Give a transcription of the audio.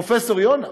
פרופ' יונה,